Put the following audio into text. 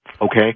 okay